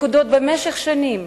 לכודות במשך שנים